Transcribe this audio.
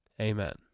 Amen